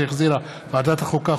שהחזירה ועדת החוקה,